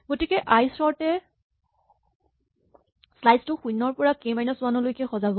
গতিকে আইচৰ্ট এ স্লাইচ টোক শূণ্যৰ পৰা কে মাইনাচ ৱান লৈকে সজাব